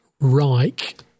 Reich